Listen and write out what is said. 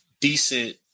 decent